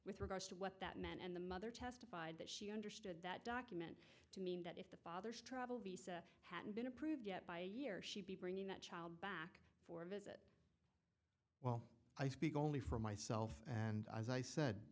with regards to what that meant and the mother testified that she understood that document to mean that if the father's travel hadn't been approved yet by a year she'd be bringing that child back for well i speak only for myself and i as i said